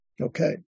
Okay